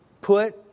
put